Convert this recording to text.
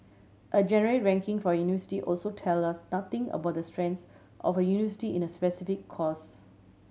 a generic ranking for a university also tell us nothing about the strengths of a university in a specific course